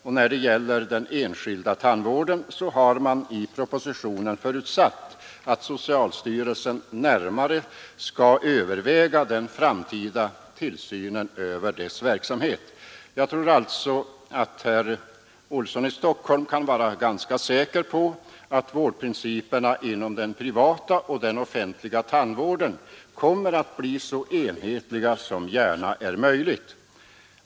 Och när det gäller den enskilda tandvården så har man i propositionen förutsatt att socialstyrelsen närmare skall överväga den framtida tillsynen. Jag tror alltså att herr Olsson i Stockholm kan vara ganska säker på att vårdprinciperna inom den privata och den offentliga tandvården kommer att bli så enhetliga som gärna är möjligt.